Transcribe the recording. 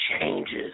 changes